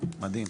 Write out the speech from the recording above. מדהים.